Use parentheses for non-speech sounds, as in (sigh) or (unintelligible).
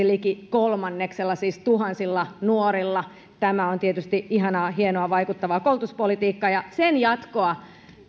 (unintelligible) liki kolmanneksella siis tuhansilla nuorilla tämä on tietysti ihanaa hienoa vaikuttavaa koulutuspolitiikkaa ja sen jatkoa